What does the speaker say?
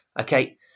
Okay